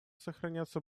сохраняться